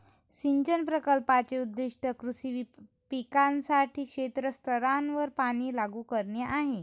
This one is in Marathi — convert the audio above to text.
सिंचन प्रकल्पाचे उद्दीष्ट कृषी पिकांसाठी क्षेत्र स्तरावर पाणी लागू करणे आहे